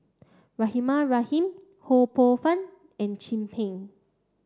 Rahimah Rahim Ho Poh Fun and Chin Peng